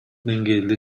деңгээлде